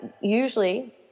usually